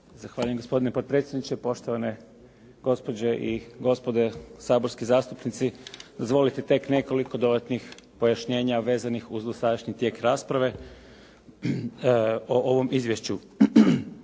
Zahvaljujem gospodine potpredsjedniče, poštovane gospođe i gospodo saborski zastupnici. Dozvolite tek nekoliko dodatnih pojašnjenja vezanih uz dosadašnji tijek rasprave o ovom izvješću.